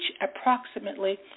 approximately